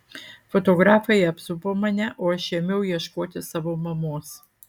fotografai apsupo mane o aš ėmiau ieškoti savo mamos